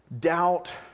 doubt